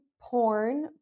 porn